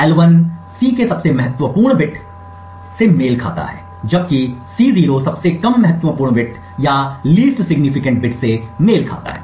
L 1 C के सबसे महत्वपूर्ण बिट से मेल खाता है जबकि C0 सबसे कम महत्वपूर्ण बिट या LSB से मेल खाता है